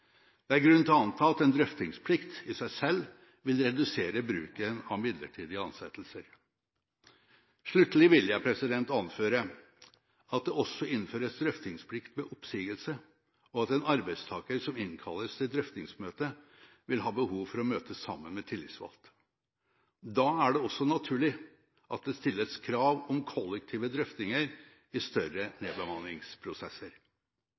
Det er grunn til å anta at en drøftingsplikt i seg selv vil redusere bruken av midlertidige ansettelser. Sluttelig vil jeg anføre at det også innføres drøftingsplikt ved oppsigelse, og at en arbeidstaker som innkalles til drøftingsmøte, vil ha behov for å møte sammen med tillitsvalgt. Da er det også naturlig at det stilles krav om kollektive drøftinger i større